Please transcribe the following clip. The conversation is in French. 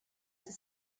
ses